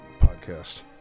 podcast